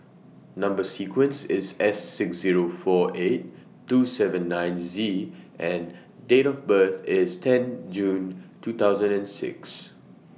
Number sequence IS S six Zero four eight two seven nine Z and Date of birth IS tenth June two thousand and six